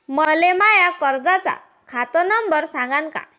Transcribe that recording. मले माया कर्जाचा खात नंबर सांगान का?